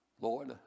Lord